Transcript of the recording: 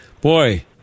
boy